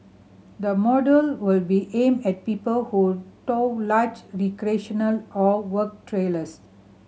the model will be aimed at people who tow large recreational or work trailers